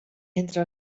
entre